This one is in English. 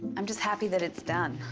i'm just happy that it's done.